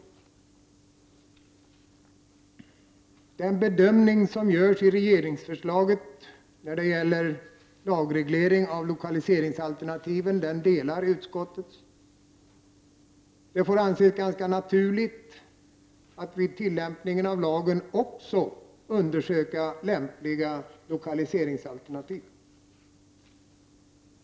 Utskottet delar den bedömning som görs i regeringsförslaget när det gäller lagreglering av lokaliseringsalternativ. Det får anses naturligt vid tillämpningen av lagen att också undersöka lämpliga lokaliseringsalternativ.